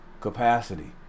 capacity